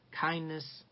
kindness